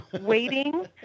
waiting